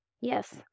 Yes